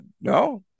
No